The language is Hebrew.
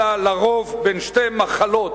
אלא לרוב בין שתי מחלות,